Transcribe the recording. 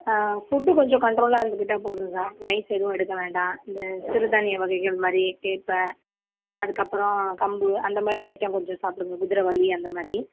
food கொஞ்சம் கன்ட்ரோலாக இருந்துக்கிட்டால் போதும் சார் ரைஸ் எதுவும் எடுக்க வேண்டாம் இந்த சிறுதானிய வகைகள் மாதிரி கேப்பை அதுக்கப்புறம் கம்பு அந்த மாதிரி ஐயிட்டம் கொஞ்சம் சாப்பிடுங்க குதிரைவாளி அந்த மாதிரி